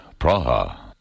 Praha